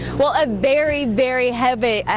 well a berry very hebby,